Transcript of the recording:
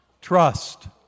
Trust